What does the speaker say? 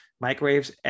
Microwaves